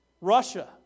Russia